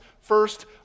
first